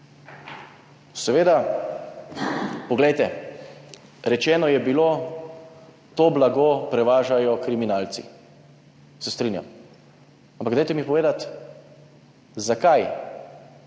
Seveda, poglejte, rečeno je bilo, to blago prevažajo kriminalci, se strinjam. Ampak dajte mi povedati, zakaj?